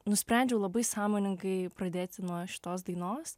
nusprendžiau labai sąmoningai pradėti nuo šitos dainos